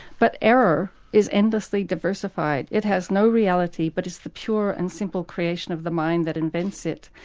but error is endlessly diversified. it has no reality but is the pure and simple creation of the mind that invents it.